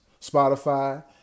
Spotify